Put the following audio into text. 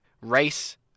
race